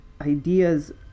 ideas